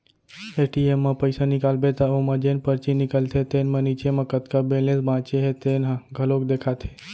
ATM म पइसा निकालबे त ओमा जेन परची निकलथे तेन म नीचे म कतका बेलेंस बाचे हे तेन ह घलोक देखाथे